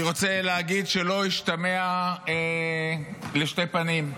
אני רוצה להגיד, שלא ישתמע לשתי פנים: